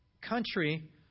country